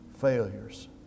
failures